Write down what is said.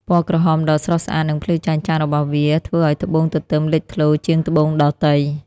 ពណ៌ក្រហមដ៏ស្រស់ស្អាត និងភ្លឺចែងចាំងរបស់វា ធ្វើឲ្យត្បូងទទឹមលេចធ្លោជាងត្បូងដទៃ។